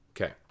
Okay